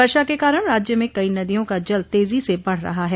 वर्षा के कारण राज्य में कई नदियों का जल तेजी से बढ़ रहा है